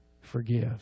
forgive